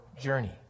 journey